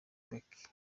mbeki